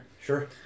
Sure